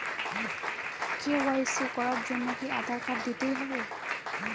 KYC করার জন্য কি আধার কার্ড দিতেই হবে?